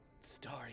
story